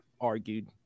argued